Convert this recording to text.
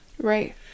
Right